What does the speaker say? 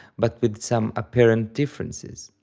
but with some apparent differences.